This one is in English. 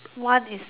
one is